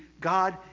God